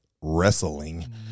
wrestling